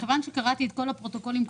קראתי את כל הפרוטוקולים,